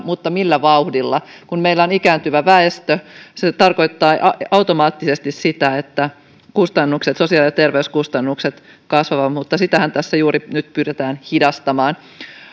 mutta millä vauhdilla kun meillä on ikääntyvä väestö se tarkoittaa automaattisesti sitä että sosiaali ja terveyskustannukset kasvavat mutta sitähän tässä juuri nyt pyritään hidastamaan